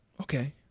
Okay